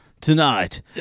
Tonight